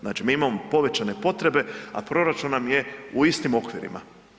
Znači, mi imamo povećane potrebe, a proračun nam je u istim okvirima.